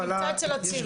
נמצא אצל עצירים.